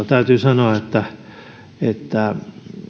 täytyy sanoa että että